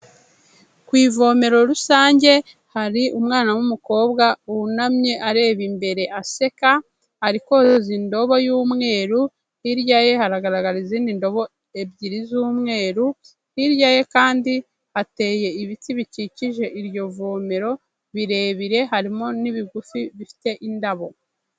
Ku ivomero rusange hari umwana w'umukobwa wunamye areba imbere aseka, ari koza indobo y'umweru, hirya ye haragaragara izindi ndobo ebyiri z'umweru, hirya ye kandi hateye ibiti bikikije iryo vomero birebire, harimo n'ibigufi bifite indabo.